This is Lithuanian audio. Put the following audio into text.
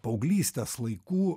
paauglystės laikų